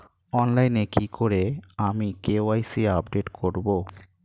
অনলাইনে কি করে আমি কে.ওয়াই.সি আপডেট করব?